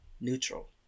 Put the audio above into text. Neutral